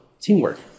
teamwork